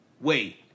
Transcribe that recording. Wait